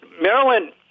Maryland